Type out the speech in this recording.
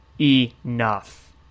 Enough